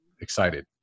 excited